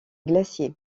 glaciers